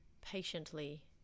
patiently